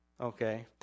Okay